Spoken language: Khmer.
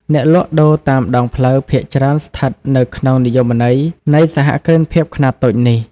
អ្នកលក់ដូរតាមដងផ្លូវភាគច្រើនស្ថិតនៅក្នុងនិយមន័យនៃសហគ្រិនភាពខ្នាតតូចនេះ ។